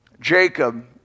Jacob